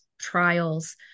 trials